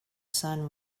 sun